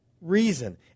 reason